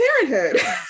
parenthood